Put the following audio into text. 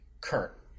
Kurt